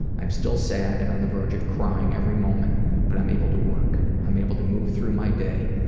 i'm still sad and on the verge of crying every moment but i'm able to work. i'm able to move through my day,